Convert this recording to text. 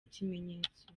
ikimenyetso